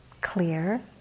clear